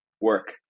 work